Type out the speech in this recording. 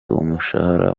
umushahara